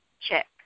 check